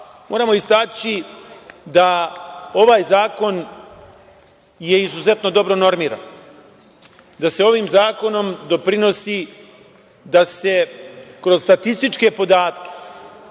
moramo istaći da ovaj je zakon izuzetno dobro normiran, da se ovim zakonom doprinosi da se kroz statističke podatke